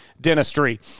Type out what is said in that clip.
Dentistry